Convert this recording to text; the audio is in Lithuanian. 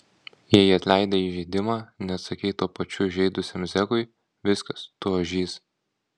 jei atleidai įžeidimą neatsakei tuo pačiu įžeidusiam zekui viskas tu ožys